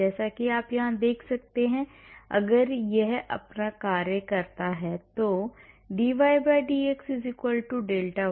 जैसा कि आप यहां देख सकते हैं अगर यह आपका कार्य जैसा है